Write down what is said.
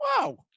Wow